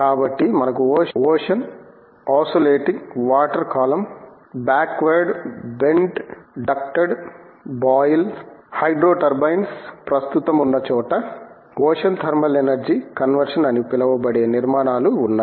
కాబట్టి మనకు ocean oscillating water column backward bent ducted buoy hydro టర్బైన్లు ప్రస్తుతమున్న చోట ఓషన్ థర్మల్ ఎనర్జీ కన్వర్షన్ అని పిలువబడే నిర్మాణాలు ఉన్నాయి